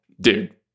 Dude